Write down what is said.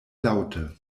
laŭte